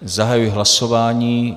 Zahajuji hlasování.